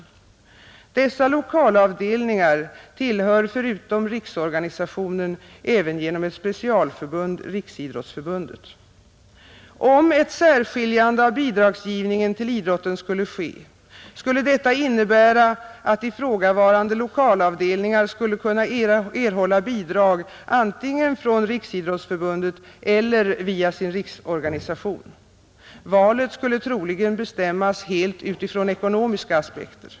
Dessa lokalavdelningar tillhör förutom riksorganisationen även genom ett specialförbund Riksidrottsförbundet. Om ett särskiljande av bidragsgivningen till idrotten skulle ske, skulle detta innebära, att ifrågavarande lokalavdelningar skulle kunna erhålla bidrag antingen från RF eller via sin riksorganisation. Valet skulle troligen bestämmas helt utifrån ekonomiska aspekter.